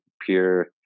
pure